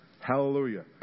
Hallelujah